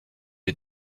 les